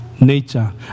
nature